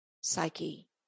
Psyche